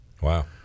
Wow